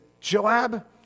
Joab